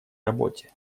работе